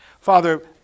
Father